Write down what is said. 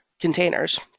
containers